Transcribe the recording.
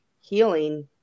healing